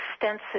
extensive